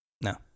no